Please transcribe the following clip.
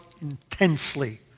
intensely